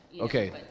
Okay